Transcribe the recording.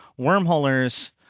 wormholers